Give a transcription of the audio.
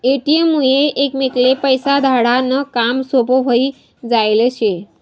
ATM मुये एकमेकले पैसा धाडा नं काम सोपं व्हयी जायेल शे